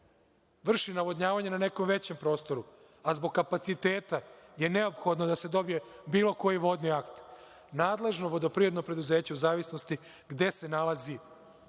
vrši navodnjavanje na nekom većem prostoru, a zbog kapaciteta je neophodno da se dobije bilo koji vodni akt, nadležno vodoprivredno preduzeće u zavisnosti od toga gde se nalazi